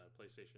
PlayStation